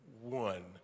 one